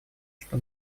что